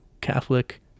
Catholic